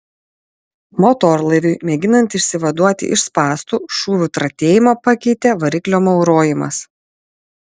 motorlaiviui mėginant išsivaduoti iš spąstų šūvių tratėjimą pakeitė variklio maurojimas